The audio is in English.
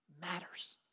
matters